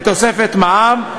בתוספת מע"מ.